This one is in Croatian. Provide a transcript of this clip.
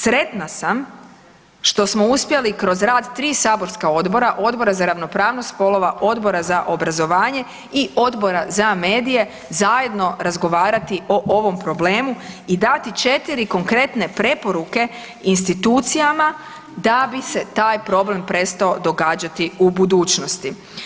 Sretna sam što smo uspjeli kroz rad tri saborska odbora – Odbora za ravnopravnost spolova, Odbora za obrazovanje i Odbora za medije zajedno razgovarati o ovom problemu i dati četiri konkretne preporuke institucijama da bi se taj problem prestao događati u budućnosti.